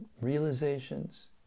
realizations